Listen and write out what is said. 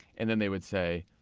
and then they would say,